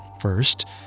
First